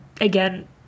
again